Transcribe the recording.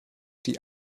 die